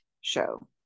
show